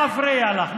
מה מפריע לך?